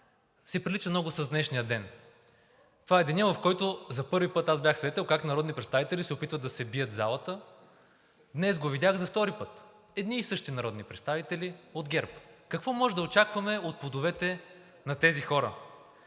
си прилича много с днешния ден – това е денят, в който аз за първи път бях свидетел как народни представители се опитват да се бият в залата, днес го видях за втори. Едни и същи представители от ГЕРБ. Какво можем да очакваме от плодовете на тези хора?